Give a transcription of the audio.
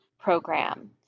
program